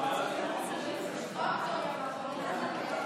(קורא בשמות חברי הכנסת)